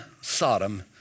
Sodom